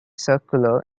circular